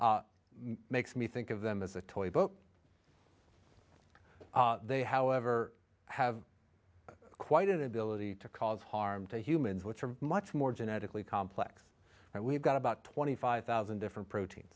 makes me think of them as a toy book they however have quite an ability to cause harm to humans which are much more genetically complex and we've got about twenty five thousand different protein